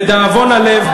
לדאבון הלב,